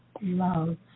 love